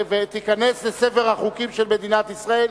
ותיכנס לספר החוקים של מדינת ישראל.